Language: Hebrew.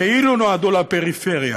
כאילו נועדו לפריפריה.